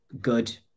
good